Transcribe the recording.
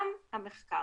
גם המחקר,